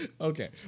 Okay